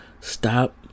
Stop